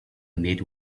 meet